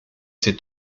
ses